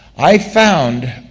i found